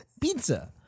Pizza